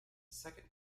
second